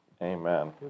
Amen